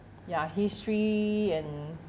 ya history and